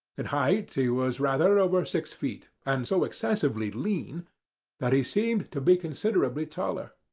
in height he was rather over six feet, and so excessively lean that he seemed to be considerably taller.